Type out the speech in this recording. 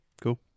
cool